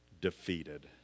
defeated